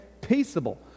peaceable